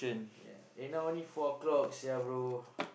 yeah eh now only four o-clock sia bro